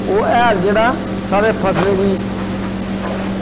ओह् हैल जेह्ड़ा साढ़ी फसलै गी